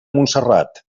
montserrat